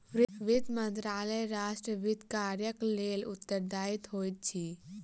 वित्त मंत्रालय राष्ट्र वित्त कार्यक लेल उत्तरदायी होइत अछि